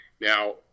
Now